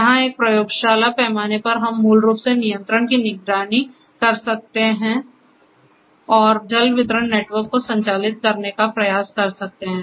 जहां एक प्रयोगशाला पैमाने पर हम मूल रूप से नियंत्रण की निगरानी कर सकते हैं और जल वितरण नेटवर्क को संचालित करने का प्रयास कर सकते हैं